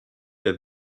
der